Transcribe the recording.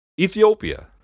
Ethiopia